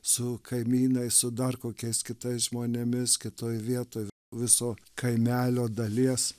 su kaimynais su dar kokiais kitais žmonėmis kitoj vietoj viso kaimelio dalies